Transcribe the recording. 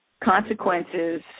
consequences